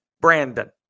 Brandon